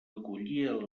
acollia